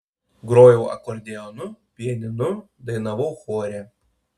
grojau akordeonu pianinu dainavau chore